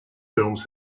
films